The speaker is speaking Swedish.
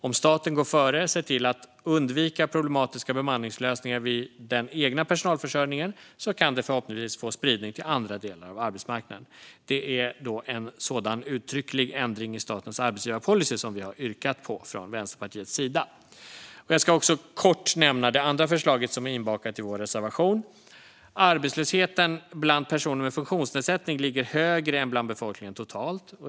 Om staten går före och ser till att undvika problematiska bemanningslösningar i den egna personalförsörjningen kan det förhoppningsvis få spridning till andra delar av arbetsmarknaden. Det är en sådan uttrycklig ändring i statens arbetsgivarpolicy som vi har yrkat på från Vänsterpartiets sida. Jag ska också kort nämna det andra förslaget som är inbakat i vår reservation. Arbetslösheten bland personer med funktionsnedsättning ligger högre än bland befolkningen totalt.